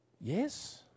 Yes